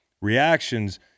reactions